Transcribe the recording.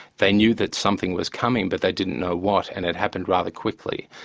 they new that something was coming, but they didn't know what, and it happened rather quickly.